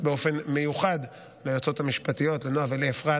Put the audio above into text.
באופן מיוחד ליועצות המשפטיות, לנועה ולאפרת,